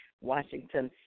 Washington